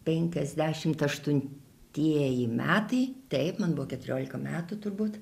penkiasdešimt aštuntieji metai taip man buvo keturiolika metų turbūt